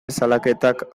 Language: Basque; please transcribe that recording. salaketak